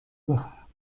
بخرم